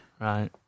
Right